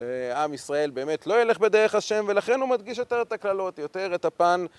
עם ישראל באמת לא ילך בדרך השם, ולכן הוא מדגיש יותר את הקללות, יותר את הפן...